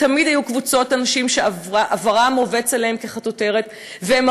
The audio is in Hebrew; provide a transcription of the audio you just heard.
תמיד קבוצות אנשים שעברם רובץ עליהם כחטוטרת והם